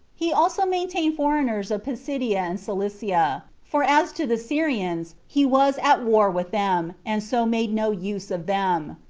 he also maintained foreigners of pisidie and cilicia for as to the syrians, he was at war with them, and so made no use of them.